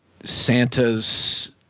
Santa's